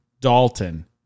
Dalton